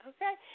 Okay